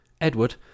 Edward